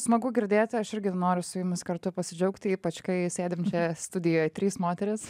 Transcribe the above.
smagu girdėti aš irgi noriu su jumis kartu pasidžiaugti ypač kai sėdim čia studijoj trys moterys